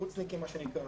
חוצניקים מה שנקרא,